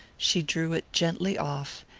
she drew it gently off,